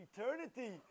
eternity